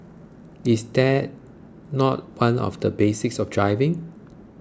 is that not one of the basics of driving